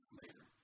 later